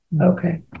Okay